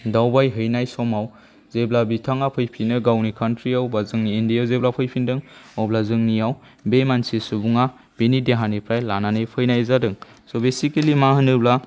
दावबाय हैनाय समाव जेब्ला बिथाङा फैफिनो गावनि काउन्ट्रिआव एबा जोंनि इन्डियायाव जेब्ला फैफिनदों अब्ला जोंनियाव बे मानसि सुबुङा बिनि देहानिफ्राय लानानै फैनाय जादों स' बेसिकेलि मा होनोब्ला